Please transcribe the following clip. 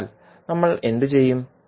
അതിനാൽ നമ്മൾ എന്തു ചെയ്യും